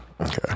okay